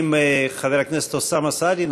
חבר הכנסת אוסאמה סעדי,